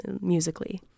musically